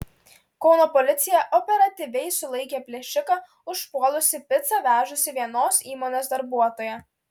kauno policija operatyviai sulaikė plėšiką užpuolusį picą vežusį vienos įmonės darbuotoją